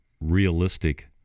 realistic